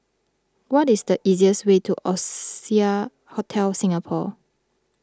what is the easiest way to Oasia Hotel Singapore